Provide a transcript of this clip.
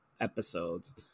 episodes